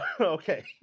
Okay